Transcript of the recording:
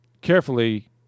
carefully